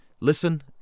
Listen